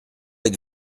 êtes